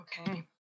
Okay